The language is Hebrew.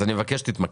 אז אני מבקש שתתמקד.